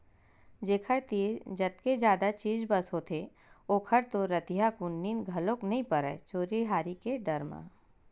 जेखर तीर जतके जादा चीज बस होथे ओखर तो रतिहाकुन नींद घलोक नइ परय चोरी हारी के डर म